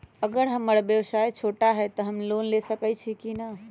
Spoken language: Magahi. अगर हमर व्यवसाय छोटा है त हम लोन ले सकईछी की न?